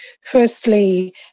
Firstly